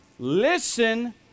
Listen